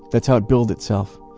that's how it billed itself.